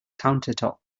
countertop